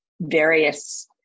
various